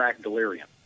Delirium